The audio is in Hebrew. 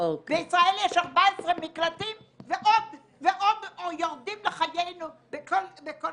בישראל יש 14 מקלטים ועוד יורדים לחיינו בכל